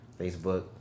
Facebook